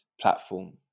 platform